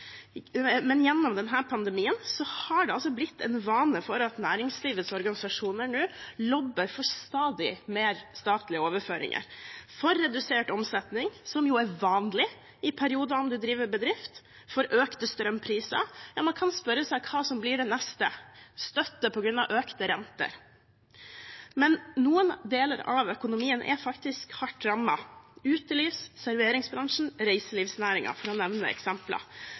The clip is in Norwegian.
men gjennom denne pandemien har det blitt en vane at næringslivets organisasjoner nå lobber for stadig mer statlige overføringer, for redusert omsetning, som er vanlig i perioder når man driver bedrift, og for økte strømpriser – ja, man kan spørre seg hva som blir det neste. Støtte på grunn av økte renter? Men noen deler av økonomien er faktisk hardt rammet – utelivs- og serveringsbransjen, reiselivsnæringen, for å nevne eksempler.